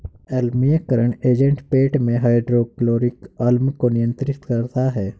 अम्लीयकरण एजेंट पेट में हाइड्रोक्लोरिक अम्ल को नियंत्रित करता है